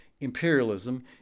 imperialism